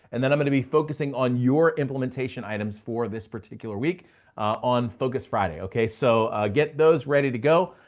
and then i'm gonna be focusing on your implementation items for this particular week on focus friday, okay. so get those ready to go.